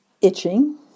itching